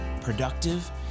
productive